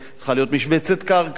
צריכה להיות משבצת קרקע.